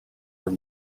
are